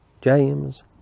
James